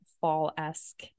fall-esque